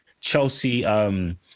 Chelsea